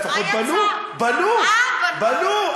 לפחות בנו, בנו.